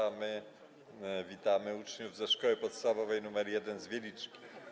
A my witamy uczniów ze Szkoły Podstawowej nr 1 z Wieliczki.